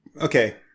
okay